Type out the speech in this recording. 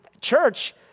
church